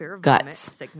Guts